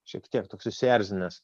šiek tiek susierzinęs